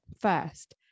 first